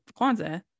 Kwanzaa